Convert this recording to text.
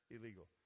illegal